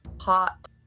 hot